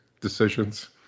decisions